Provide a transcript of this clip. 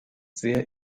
sehr